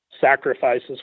sacrifices